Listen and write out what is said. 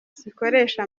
zikoresha